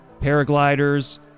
paragliders